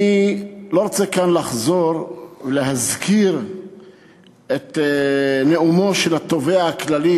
אני לא רוצה כאן לחזור ולהזכיר את נאומו של התובע הכללי,